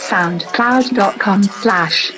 SoundCloud.com/slash